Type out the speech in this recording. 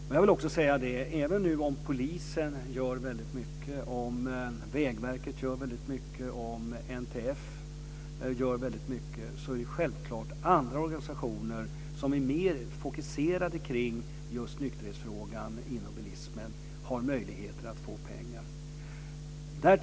Men jag vill också säga att även om polisen, Vägverket och NTF gör väldigt mycket, finns det andra organisationer som är mer fokuserade på frågan om nykterhet inom bilismen och som också har möjlighet att få pengar.